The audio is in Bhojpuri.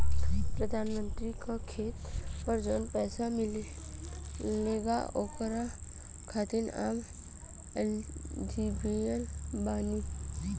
प्रधानमंत्री का खेत पर जवन पैसा मिलेगा ओकरा खातिन आम एलिजिबल बानी?